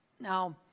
Now